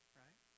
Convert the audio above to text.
right